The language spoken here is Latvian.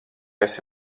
esi